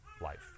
life